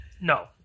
No